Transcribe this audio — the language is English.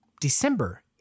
december